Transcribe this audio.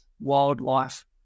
wildlife